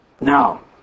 Now